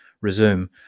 resume